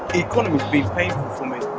economy's been painful for me.